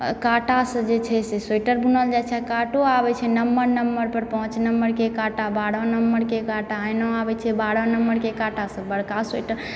काँटासँ जे छै से स्वेटर बुनल जाइत छै काँटो आबैत छै नम्बर नम्बर पर पॉंच नम्बरके काँटा बारह नम्बरके काँटा एना आबैत छै बारह नम्बरके काँटा सँ बड़का स्वेटर